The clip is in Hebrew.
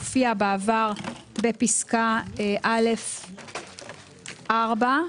הופיע בעבר בפסקה (א)(4).